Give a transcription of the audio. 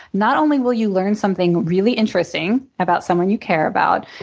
not only will you learn something really interesting about someone you care about,